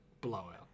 Blowout